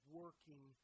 working